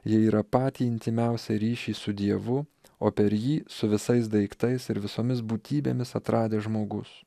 ji yra patį intymiausią ryšį su dievu o per jį su visais daiktais ir visomis būtybėmis atradęs žmogus